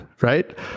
right